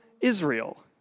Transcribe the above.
Israel